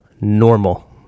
normal